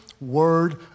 word